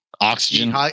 Oxygen